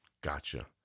Gotcha